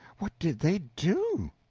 what did they do?